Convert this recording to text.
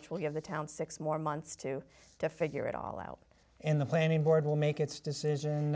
which will give the town six more months to figure it all out in the planning board will make its decision